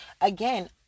again